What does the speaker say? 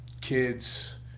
kids